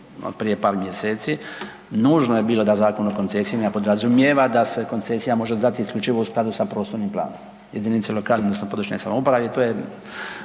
prije par mjeseci, nužno je bilo da Zakon o koncesijama podrazumijeva da se koncesija može zvati isključivo u skladu sa prostornim planom, jedinice lokalne odnosno područne samouprave i to je